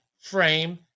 frame